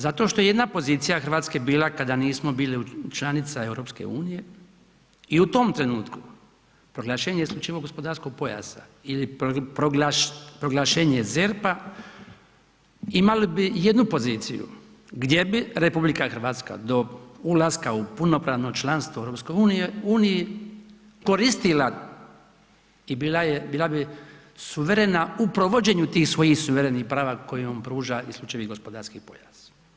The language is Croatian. Zato što je jedna pozicija Hrvatske bila kada nismo bili članica EU i u tom trenutku proglašenje isključivog gospodarskog pojasa ili proglašenje ZERP-a imali bi jednu poziciju gdje bi RH do ulaska u punopravno članstvo u EU koristila i bila bi suverena u provođenju tih svoj suverenih prava koje nam pruža isključivi gospodarski pojas.